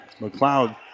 McLeod